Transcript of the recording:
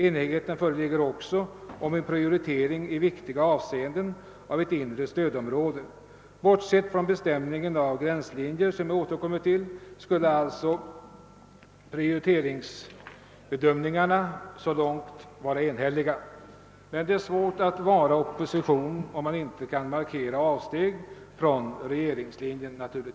Enighet föreligger också om en prioritering i viktiga avseenden av ett inre stödområde. Bortsett från bestämningen av gränslinjer, som jag återkommer till, skulle alltså prioriteringsbedömningarna — så långt — vara enhälliga. Men det är svårt att vara opposition, om man inte kan markera avsteg från regeringslinjen.